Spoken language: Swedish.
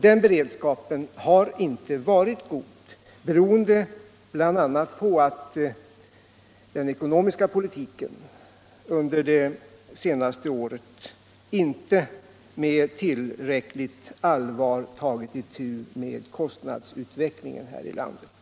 Denna beredskap har inte varit god, bl.a. beroende på att den ekonomiska politiken under det senaste året inte med tillräckligt allvar tagit itu med kostnadsutvecklingen här i landet.